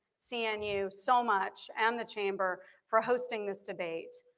seeing you so much and the chamber for hosting this debate.